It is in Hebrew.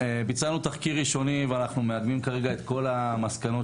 ביצענו תחקיר ראשוני ואנחנו מאחדים כרגע את כל המסקנות